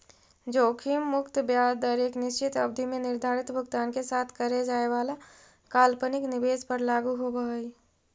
जोखिम मुक्त ब्याज दर एक निश्चित अवधि में निर्धारित भुगतान के साथ करे जाए वाला काल्पनिक निवेश पर लागू होवऽ हई